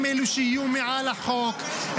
הם אלה שיהיו מעל החוק,